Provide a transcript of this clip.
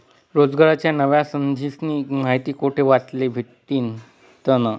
रोजगारन्या नव्या संधीस्नी माहिती कोठे वाचले भेटतीन?